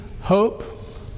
hope